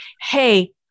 hey